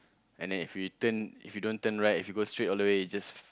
and then if we turn if you don't turn right if you go straight all the way you just